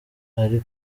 ari